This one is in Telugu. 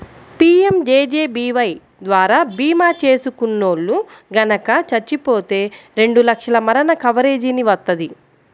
పీయంజేజేబీవై ద్వారా భీమా చేసుకున్నోల్లు గనక చచ్చిపోతే రెండు లక్షల మరణ కవరేజీని వత్తది